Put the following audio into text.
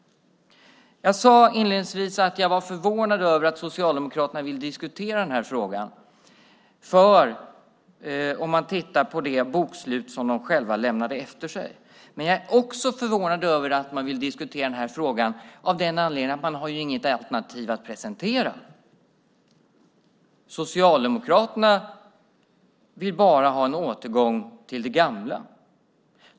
Jag sade inledningsvis att jag var förvånad över att Socialdemokraterna vill diskutera denna fråga om man tittar på det bokslut som de själva lämnade efter sig. Men jag är också förvånad över att de vill diskutera denna fråga av den anledningen att de inte har något alternativ att presentera. Socialdemokraterna vill bara ha en återgång till det gamla.